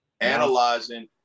analyzing